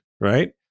right